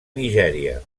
nigèria